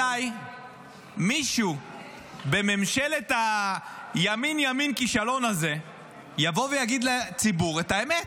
מתי מישהו בממשלת הימין-ימין כישלון הזה יבוא ויגיד לציבור את האמת,